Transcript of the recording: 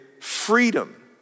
freedom